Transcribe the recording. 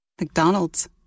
McDonald's